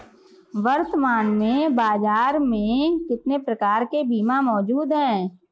वर्तमान में बाज़ार में कितने प्रकार के बीमा मौजूद हैं?